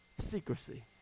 secrecy